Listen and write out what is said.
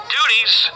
Duties